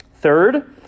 Third